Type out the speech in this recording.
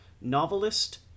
novelist